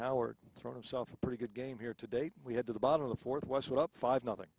howard throws himself a pretty good game here today we had to the bottom of the fourth was what up five nothing